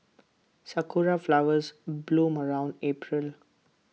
Sakura Flowers bloom around April